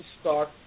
start